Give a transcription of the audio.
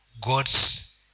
God's